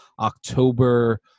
October